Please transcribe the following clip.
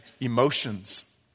emotions